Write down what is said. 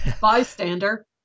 Bystander